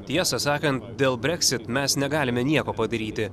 tiesą sakant dėl brexit mes negalime nieko padaryti